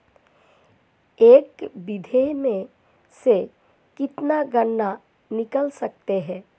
एक बीघे में से कितना गन्ना निकाल सकते हैं?